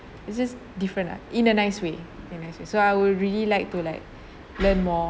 it's just different lah in a nice way in a nice way so I would really like to like learn more